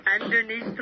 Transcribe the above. Underneath